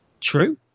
True